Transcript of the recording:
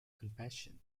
compassion